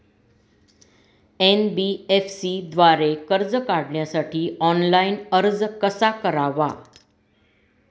NBFC द्वारे कर्ज काढण्यासाठी ऑनलाइन अर्ज कसा करावा?